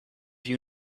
you